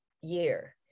year